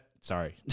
Sorry